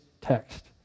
text